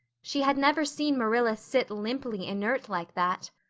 she had never seen marilla sit limply inert like that.